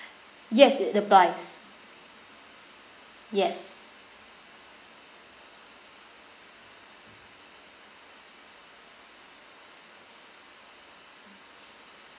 yes it applies yes